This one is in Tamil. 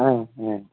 ஆ ஆ